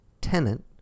*Tenant*